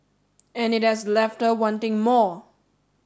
and it has left her wanting more